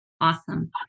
Awesome